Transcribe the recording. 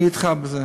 אני אתך בזה.